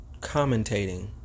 commentating